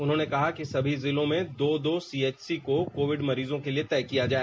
उन्होंने कहा कि सभी जिलों में दो दो सीएचसी को कोविड मरीजों के लिए तय किया जाए